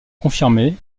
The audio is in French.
confirmé